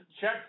check